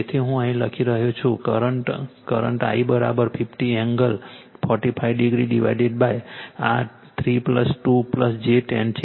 તેથી હું અહીં લખી રહ્યો છું current current I 50 angle 45 degree ડિવાઇડેડઆ 3 2 j 10 છે